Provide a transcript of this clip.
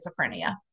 schizophrenia